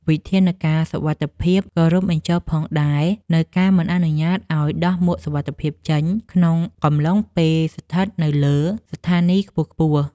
វិធានការសុវត្ថិភាពក៏រួមបញ្ចូលផងដែរនូវការមិនអនុញ្ញាតឱ្យដោះមួកសុវត្ថិភាពចេញ ក្នុងកំឡុងពេលស្ថិតនៅលើស្ថានីយខ្ពស់ៗ។